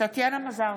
טטיאנה מזרסקי,